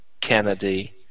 Kennedy